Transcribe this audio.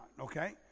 Okay